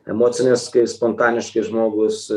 emocinės kai spontaniškai žmogus